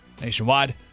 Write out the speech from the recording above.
nationwide